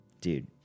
dude